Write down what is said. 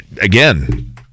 Again